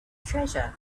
treasure